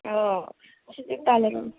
हय अशें चित्तालें गो